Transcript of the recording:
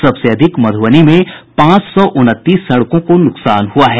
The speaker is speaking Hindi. सबसे अधिक मधुबनी में पांच सौ उनतीस सड़कों को नुकसान हुआ है